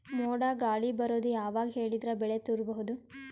ಮೋಡ ಗಾಳಿ ಬರೋದು ಯಾವಾಗ ಹೇಳಿದರ ಬೆಳೆ ತುರಬಹುದು?